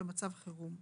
במצב חירום.